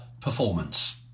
performance